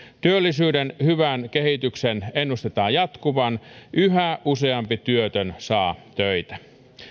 työllisyyden hyvän kehityksen ennustetaan jatkuvan yhä useampi työtön saa töitä